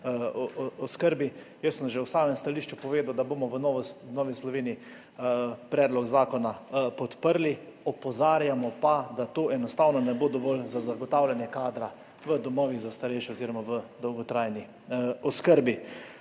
oskrbi. Jaz sem že v samem stališču povedal, da bomo v Novi Sloveniji predlog zakona podprli. Opozarjamo pa, da to enostavno ne bo dovolj za zagotavljanje kadra v domovih za starejše oziroma v dolgotrajni oskrbi.